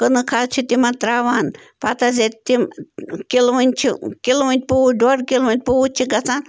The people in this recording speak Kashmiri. کٕنٕک حظ چھِ تِمَن ترٛاوان پتہٕ حظ ییٚلہِ تِم کِلوٕنۍ چھِ کِلوٕنۍ پوٗتۍ ڈۄڈ کِلوٕنۍ پوٗتۍ چھِ گژھان